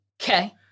Okay